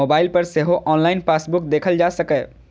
mobile पर सेहो online passbook देखल जा सकैए